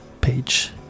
page